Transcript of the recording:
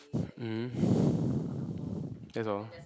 that's all